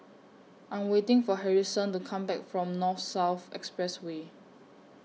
I Am waiting For Harrison to Come Back from North South Expressway